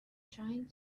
trying